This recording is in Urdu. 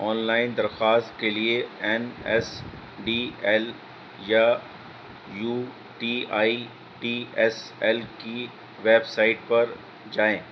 آن لائن درخواست کے لیے این ایس ڈی ایل یا U T I T S L کی ویب سائٹ پر جائیں